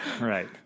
Right